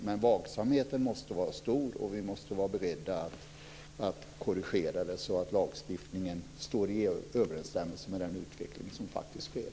Men vaksamheten måste vara stor, och vi måste vara beredda att korrigera det så att lagstiftningen står i överensstämmelse med den utveckling som faktiskt sker.